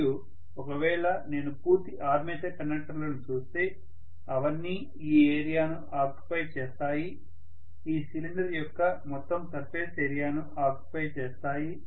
మరియు ఒకవేళ నేను పూర్తి ఆర్మేచర్ కండక్టర్లను చూస్తే అవన్నీ ఈ ఏరియాను ఆక్యుపై చేస్తాయి ఈ సిలిండర్ యొక్క మొత్తం సర్ఫేస్ ఏరియాను ఆక్యుపై చేస్తాయి